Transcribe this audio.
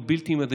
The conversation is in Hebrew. הוא בלתי מידתי,